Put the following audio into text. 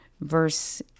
verse